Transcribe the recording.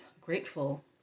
grateful